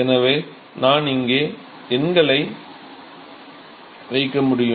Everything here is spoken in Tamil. எனவே நான் இங்கே எண்களை வைக்க முடியும்